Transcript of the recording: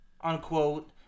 unquote